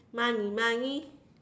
money money